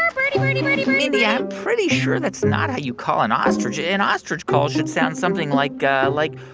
um birdie, birdie, birdie mindy, i'm pretty sure that's not how you call an ostrich. ah an ostrich call should sound something like ah like